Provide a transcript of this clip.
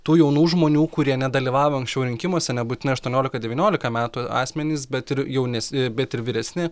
tų jaunų žmonių kurie nedalyvavo anksčiau rinkimuose nebūtinai aštuoniolika devyniolika metų asmenys bet ir jaunesni bet ir vyresni